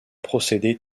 procédé